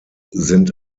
sind